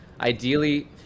ideally